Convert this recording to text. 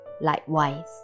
Likewise